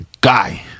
guy